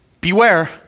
beware